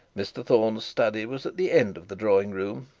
mr thorne's study was at the end of the drawing-room,